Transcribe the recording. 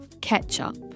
ketchup